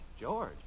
George